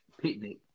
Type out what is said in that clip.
picnic